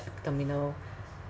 terminal